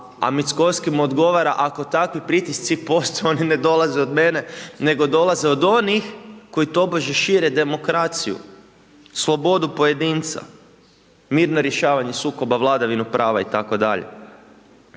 a Mickoski mu odgovara ako takvi pritisci postoje oni ne dolaze od mene, nego dolaze od onih koji tobože šire demokraciju, slobodu pojedinca, mirno rješavanje sukoba, vladavinu prava itd..